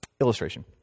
Illustration